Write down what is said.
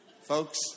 folks